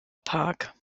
park